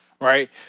right